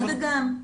גם וגם.